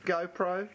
GoPro